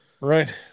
Right